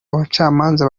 abacamanza